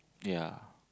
ya